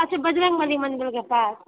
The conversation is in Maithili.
अच्छा बजरङ्ग बली मन्दिरके पास